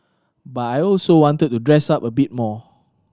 but I also wanted to dress up a bit more